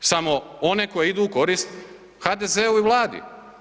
Samo, one koje idu u korist HDZ-u i Vladi.